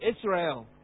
Israel